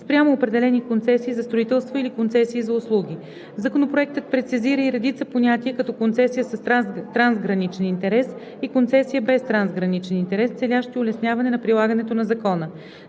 спрямо определени концесии за строителство или концесии за услуги. Законопроектът прецизира и редица понятия като „концесия с трансграничен интерес“ и „концесия без трансграничен интерес“, целящи улесняване на прилагането на Закона.